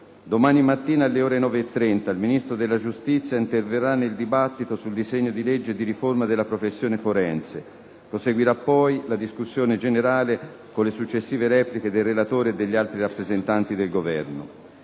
Domani mattina, alle ore 9,30, il Ministro della giustizia interverrà nel dibattito sul disegno di legge di riforma della professione forense. Proseguirà poi la discussione generale, con le successive repliche del relatore e degli altri rappresentanti del Governo.